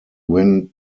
win